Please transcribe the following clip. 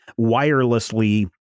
wirelessly